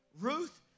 Ruth